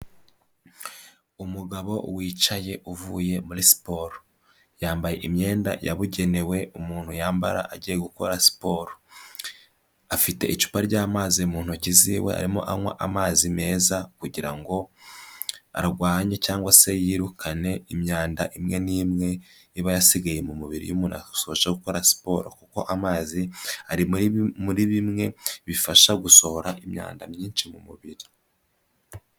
Umugabo wicaye uvuye muri siporo, yambaye imyenda yabugenewe umuntu yambara agiye gukora siporo. Afite icupa ry'amazi mu ntoki z'iwe arimo anywa amazi meza, kugira ngo arwanye cyangwa se yirukane imyanda imwe n'imwe, iba yasigaye mu mubiri iyo umuntu asoje gukora siporo, kuko amazi ari muri bimwe bifasha gusohora imyanda myinshi mu mubiri.